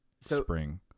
spring